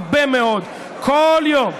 הרבה מאוד, כל יום.